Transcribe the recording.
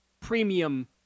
premium